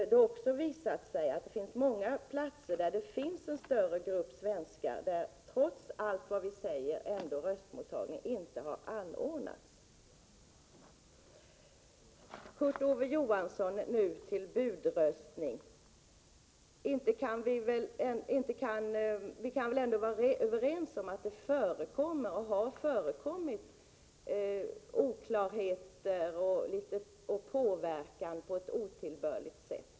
Det har också visat sig att det på många platser finns en större grupp svenskar men trots allt vad vi säger ändå inte har anordnats röstmottagning. Nu till budröstning, Kurt Ove Johansson! Vi kan väl ändå vara överens om att det har förekommit oklarheter och påverkan på ett otillbörligt sätt.